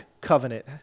covenant